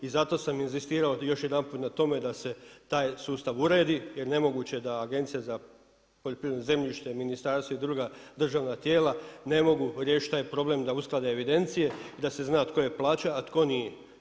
I zato sam inzistirao još jedanput na tome da se taj sustav uredi jer nemoguće je da Agencija za poljoprivredno zemljište, ministarstvo i druga državna tijela ne mogu riješiti taj problem da usklade evidencije i da se zna tko je plaćao, a tko nije.